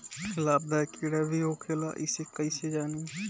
लाभदायक कीड़ा भी होखेला इसे कईसे जानी?